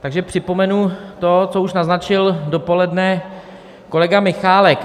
Takže připomenu to, co už naznačil dopoledne kolega Michálek.